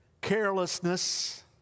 carelessness